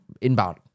inbound